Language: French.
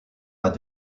pas